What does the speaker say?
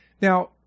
Now